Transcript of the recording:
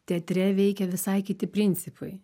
teatre veikia visai kiti principai